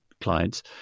clients